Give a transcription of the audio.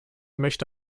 möchte